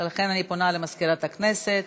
ולכן אני פונה למזכירת הכנסת